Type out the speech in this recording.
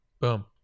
Boom